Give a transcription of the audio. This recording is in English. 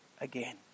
again